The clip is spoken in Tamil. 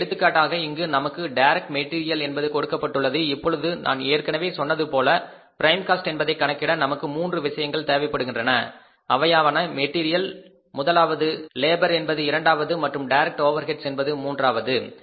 எனவே எடுத்துக்காட்டாக இங்கு நமக்கு டைரக்ட் மெட்டீரியல் என்பது கொடுக்கப்பட்டுள்ளது இப்பொழுது நான் ஏற்கனவே சொன்னது போல ப்ரிம் காஸ்ட் என்பதை கணக்கிட நமக்கு மூன்று விஷயங்கள் தேவைப்படுகின்றன அவையாவன மெட்டீரியல் என்பது முதலாவது லேபர் என்பது இரண்டாவது மற்றும் டைரக்ட் ஓவெர்ஹெட்ஸ் என்பது மூன்றாவது